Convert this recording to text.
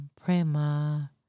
Prema